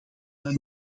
dan